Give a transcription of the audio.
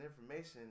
information